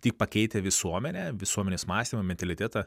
tik pakeitę visuomenę visuomenės mąstymą mentalitetą